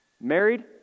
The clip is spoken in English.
Married